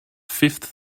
fifth